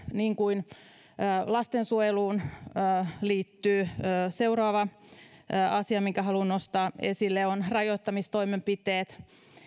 niin vanhustenhoivaan kuin lastensuojeluun liittyy seuraava asia minkä haluan nostaa esille rajoittamistoimenpiteet